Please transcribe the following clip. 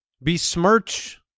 besmirch